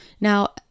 Now